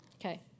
Okay